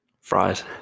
Fries